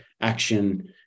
action